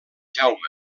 jaume